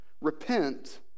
Repent